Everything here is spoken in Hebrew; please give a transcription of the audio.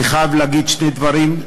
אני חייב להגיד שני דברים: